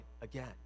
again